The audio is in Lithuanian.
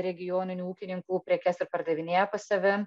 regioninių ūkininkų prekes ir pardavinėja pas save